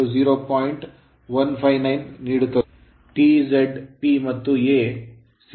ಆದರೆ ಸಮೀಕರಣಕ್ಕೆ T Z P ಮತ್ತು A ಸ್ಥಿರಾಂಕಗಳಾಗಿವೆ